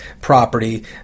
property